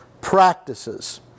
practices